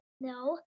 No